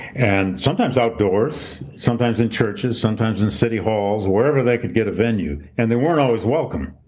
and sometimes outdoors, sometimes in churches, sometimes in city halls, wherever they could get a venue, and they weren't always welcome.